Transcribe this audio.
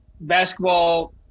basketball